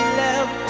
love